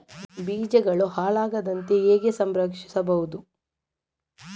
ಬೀಜಗಳು ಹಾಳಾಗದಂತೆ ಹೇಗೆ ಸಂರಕ್ಷಿಸಬಹುದು?